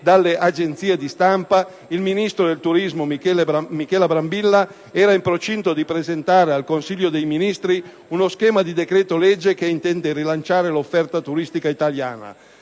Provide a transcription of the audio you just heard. dalle agenzia di stampa, il ministro del turismo Michela Brambilla era in procinto di presentare al Consiglio dei ministri uno schema di decreto legge che intende rilanciare l'offerta turistica italiana.